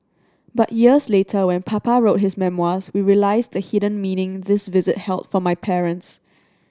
but years later when Papa wrote his memoirs we realised the hidden meaning this visit held for my parents